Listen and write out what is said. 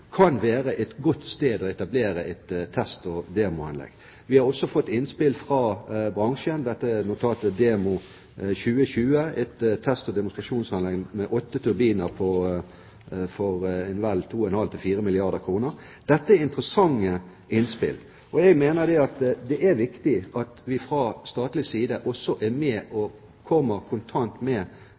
kan være et godt sted å etablere et test- og demoanlegg. Vi har også fått innspill fra bransjen, som dette notatet «Demo 2020» – et test- og demonstrasjonsanlegg med åtte turbiner til vel 2,5–4 milliarder kr. Dette er interessante innspill, og jeg mener det er viktig at vi fra statlig side også er med, og at vi kontant, raskt, kommer med